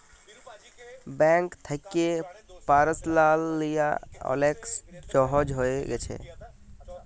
bank থ্যাকে পারসলাল লিয়া অলেক ছহজ হঁয়ে গ্যাছে